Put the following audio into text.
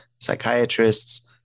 psychiatrists